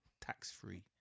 tax-free